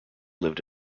lived